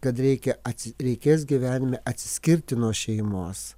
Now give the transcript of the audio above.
kad reikia atsi reikės gyvenime atsiskirti nuo šeimos